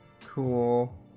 Cool